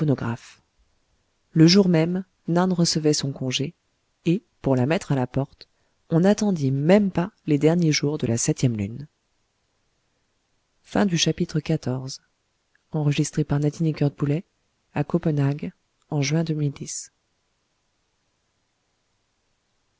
le jour même nan recevait son congé et pour la mettre à la porte on n'attendit même pas les derniers jours de la septième lune